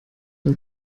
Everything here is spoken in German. und